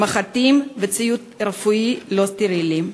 מחטים וציוד רפואי לא סטרילי.